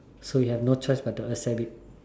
so you have no choice but to accept it